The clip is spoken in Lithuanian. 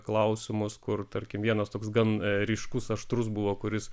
klausimus kur tarkim vienas toks gan ryškus aštrus buvo kuris